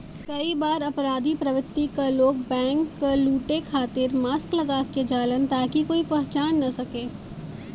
कई बार अपराधी प्रवृत्ति क लोग बैंक क लुटे खातिर मास्क लगा क जालन ताकि कोई पहचान न सके